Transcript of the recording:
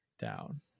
down